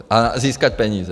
A získat peníze.